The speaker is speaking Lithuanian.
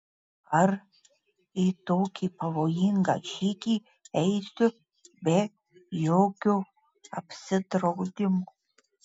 ar į tokį pavojingą žygį eisiu be jokio apsidraudimo